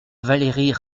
valérie